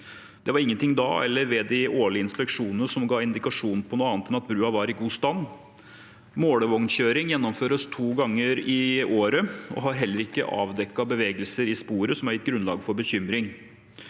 Det var ingenting da eller ved de årlige inspeksjonene som ga indikasjon på noe annet enn at brua var i god stand. Målevognkjøring gjennomføres to ganger i året og har heller ikke avdekket bevegelser i sporet som har gitt grunnlag for bekymring.